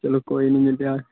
चलो कोई निं मिल्ली जाग